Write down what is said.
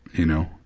you know?